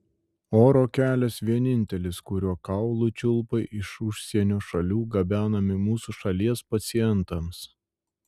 oro kelias vienintelis kuriuo kaulų čiulpai iš užsienio šalių gabenami mūsų šalies pacientams